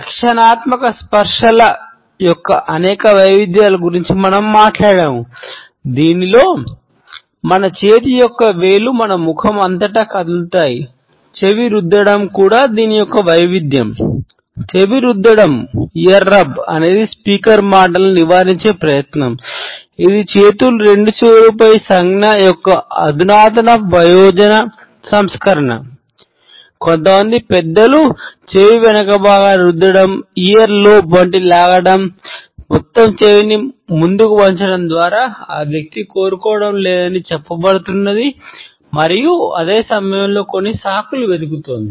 రక్షణాత్మక స్పర్శల వద్ద లాగడం లేదా మొత్తం చెవిని ముందుకు వంచడం ద్వారా ఆ వ్యక్తి కోరుకోవడం లేదని చెప్పబడుతున్నది మరియు అదే సమయంలో కొన్ని సాకులు వెతుకుతోంది